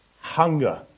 hunger